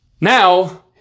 Now